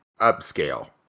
upscale